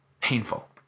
painful